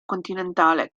continentale